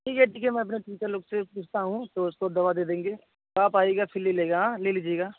ठीक है ठीक है मैं अपने टीचर लोग से पूछता हूँ तो उसको दवा दे देंगे आप आइएगा फिर ले लेगा हाँ ले लीजिएगा